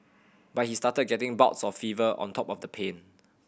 but he started getting bouts of fever on top of the pain